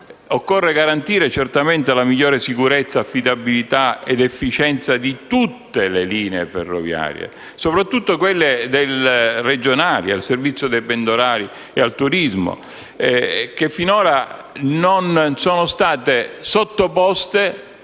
occorre garantire certamente la migliore sicurezza, affidabilità ed efficienza di tutte le linee ferroviarie, soprattutto di quelle regionali al servizio dei pendolari e del turismo, che finora non sono state sottoposte,